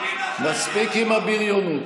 מספיק עם הבריונות.